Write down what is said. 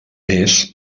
més